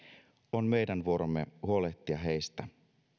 on meidän vuoromme huolehtia heistä